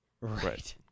right